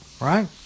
Right